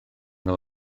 nhw